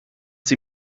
sie